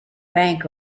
bank